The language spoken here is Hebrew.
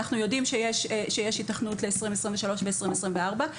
אנחנו יודעים שיש היתכנות ל-2023 ו-2024.